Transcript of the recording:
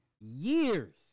years